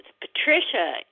Patricia